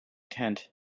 tent